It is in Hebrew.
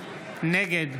נגד